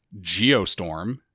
Geostorm